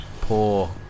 poor